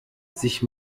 sich